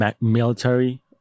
military